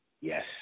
Yes